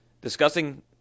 discussing